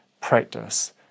practice